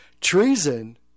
Treason